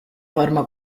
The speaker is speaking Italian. forma